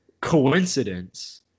coincidence